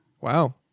Wow